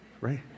right